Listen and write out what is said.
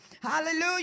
Hallelujah